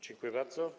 Dziękuję bardzo.